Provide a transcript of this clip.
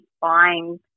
buying